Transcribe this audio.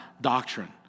doctrine